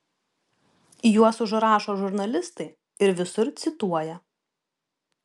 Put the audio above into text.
juos užrašo žurnalistai ir visur cituoja